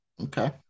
okay